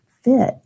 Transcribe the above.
fit